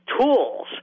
tools